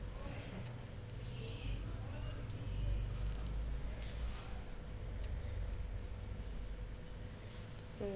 mm